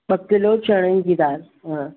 ॿ किलो चणनि जी दाल हा